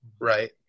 Right